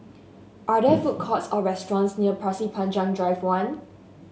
are there food courts or restaurants near Pasir Panjang Drive One